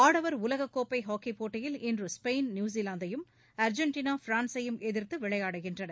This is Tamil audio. ஆடவர் உலகக்கோப்பை ஹாக்கிப்போட்டியில் இன்று ஸ்பெயின் நியூசிலாந்தையும் அர்ஜெண்டினா பிரான்சையும் எதிர்த்து விளையாடுகின்றன